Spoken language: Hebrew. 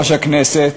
ברושי.